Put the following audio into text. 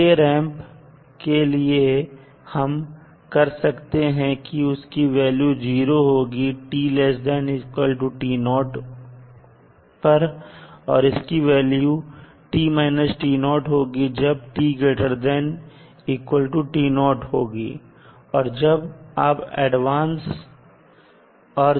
delay ramp के लिए हम कर सकते हैं की उसकी वैल्यू 0 होगी जब t≤ होगा और इसकी वैल्यू होगी जब t≥ होगी